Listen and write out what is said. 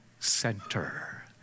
center